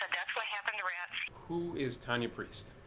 that's what happened. who is tonia priest?